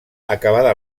acabada